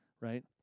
right